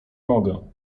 mogę